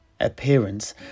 Appearance